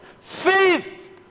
faith